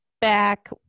back